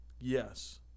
Yes